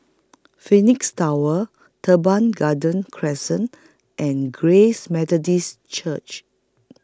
Phoenix Tower Teban Garden Crescent and Grace Methodist Church